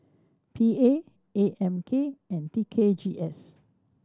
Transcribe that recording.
P A A M K and T K G S